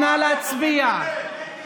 נא להצביע.